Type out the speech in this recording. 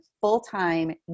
full-time